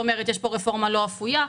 אומרת יש פה רפורמה לא אפויה.